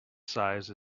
size